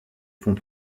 fonds